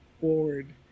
forward